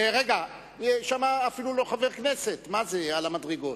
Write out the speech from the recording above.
רגע, שם אפילו לא חבר כנסת על המדרגות.